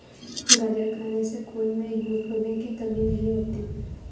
गाजर खाने से खून में हीमोग्लोबिन की कमी नहीं होती